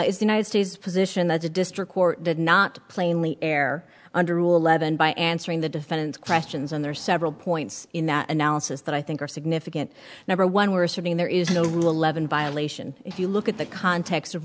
is the united states position that the district court did not plainly air under rule eleven by answering the defendant's questions on their several points in that analysis that i think are significant number one we're assuming there is no rule eleven violation if you look at the context of